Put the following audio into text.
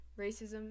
racism